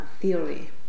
Theory